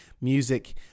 music